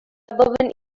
suburban